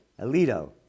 Alito